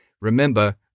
remember